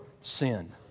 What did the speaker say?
sin